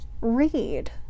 read